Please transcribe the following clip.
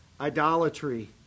idolatry